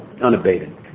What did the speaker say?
unabated